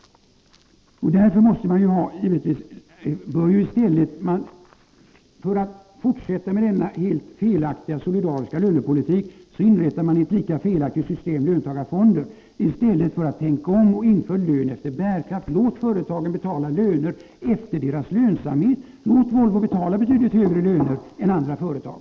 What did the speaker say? För att stödja denna felaktiga solidariska lönepolitik kommer regeringen nu att inrätta ett lika felaktigt system, dvs. löntagarfonder, i stället för att tänka om och tala för lön efter bärkraft. Låt företagen betala löner i förhållande till sin lönsamhet! Låt Volvo betala betydligt högre löner än andra företag!